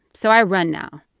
so i run now.